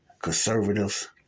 conservatives